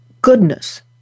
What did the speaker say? goodness